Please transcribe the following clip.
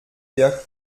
wir